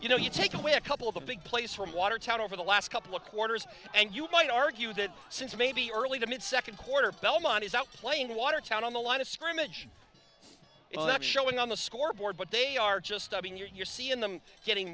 you know you take away a couple of the big place from watertown over the last couple of quarters and you might argue that since maybe early to mid second quarter belmont is out playing watertown on the line of scrimmage well that showing on the scoreboard but they are just i mean you're seeing them getting